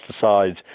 pesticides